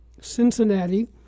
Cincinnati